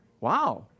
Wow